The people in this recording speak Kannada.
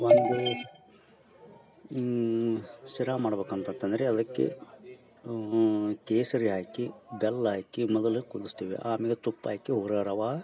ಒಂದು ಶಿರಾ ಮಾಡ್ಬಕಂತತಂದರೆ ಅದಕ್ಕೆ ಕೇಸರಿ ಹಾಕಿ ಬೆಲ್ಲಾಕಿ ಮೊದಲು ಕುದ್ಸ್ತೀವಿ ಆಮ್ಯಾಗ ತುಪ್ಪಾಕಿ ಊರ ರವಾ